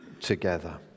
together